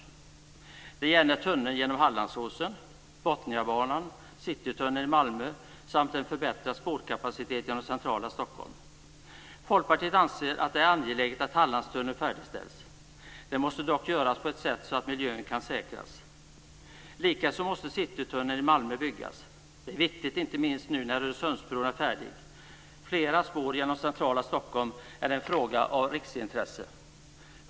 Det gäller tunneln genom Hallandsåsen, Botniabanan, Citytunneln i Folkpartiet anser att det är angeläget att Hallandstunneln färdigställs. Det måste dock göras på ett sådant sätt att miljön kan säkras. Likaså måste Citytunneln i Malmö byggas. Det är viktigt inte minst nu när Öresundsbron är färdig. Fler spår genom centrala Stockholm är en fråga av riksintresse.